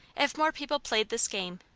if more people played this game,